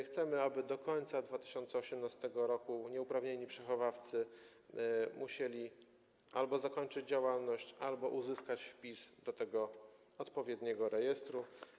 Chcemy, aby do końca 2018 r. nieuprawnieni przechowawcy musieli albo zakończyć działalność, albo uzyskać wpis do odpowiedniego rejestru.